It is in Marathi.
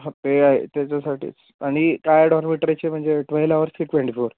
हा ते आहे त्याच्यासाठीच आणि काय आहे डॉरमेटरीचं म्हणजे ट्वेल्व्ह अवर की ट्वेंटी फोर